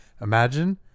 Imagine